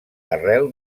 arrel